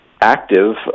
active